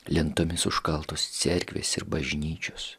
lentomis užkaltos cerkvės ir bažnyčios